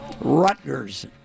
Rutgers